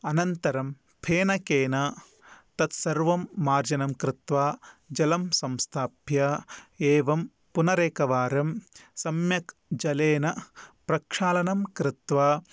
अनन्तरं फेनकेन तत्सर्वं मार्जनं कृत्वा जलं संस्थाप्य एवं पुनरेकवारं सम्यक् जलेन प्रक्षालनं कृत्वा